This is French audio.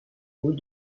bout